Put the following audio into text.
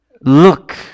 look